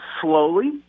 slowly